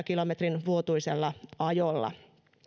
kilometrin vuotuisella ajolla